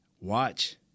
Watch